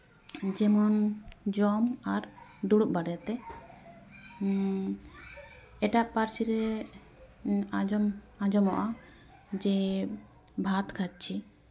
ᱡᱮᱢᱚᱱ ᱡᱚᱢ ᱟᱨ ᱫᱩᱲᱩᱯ ᱵᱟᱨᱮᱛᱮ ᱮᱴᱟᱜ ᱯᱟᱹᱨᱥᱤ ᱨᱮ ᱟᱸᱡᱚᱢ ᱟᱸᱡᱚᱢᱚᱜᱼᱟ ᱡᱮ ᱵᱷᱟᱛ ᱠᱷᱟᱪᱪᱷᱤ